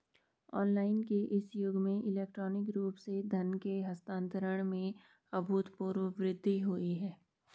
online के इस युग में इलेक्ट्रॉनिक रूप से धन के हस्तांतरण में अभूतपूर्व वृद्धि हुई है